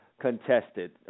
Contested